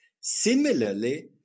Similarly